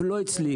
לא אצלי,